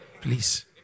Please